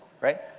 right